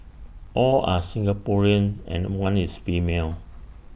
all are Singaporeans and one is female